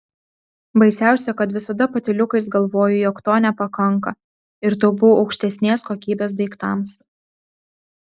baisiausia kad visada patyliukais galvoju jog to nepakanka ir taupau aukštesnės kokybės daiktams